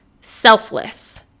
selfless